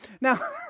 Now